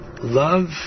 love